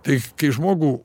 tai kai žmogų